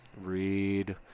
read